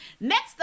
Next